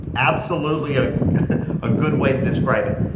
absolutely a ah good way to describe it.